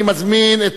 אני מזמין את